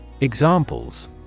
Examples